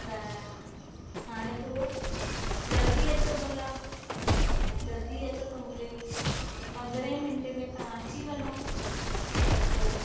त हाणे पोइ जल्दी अचो भला जल्दी अचो त मूंखे पंद्रहें मिनटे में तव्हां अची वञो त पोइ